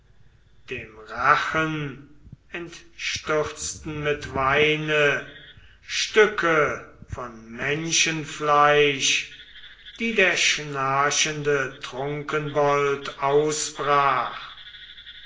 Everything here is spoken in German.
dem rachen entstürzten mit weine stücke von menschenfleisch die der schnarchende trunkenbold ausbrach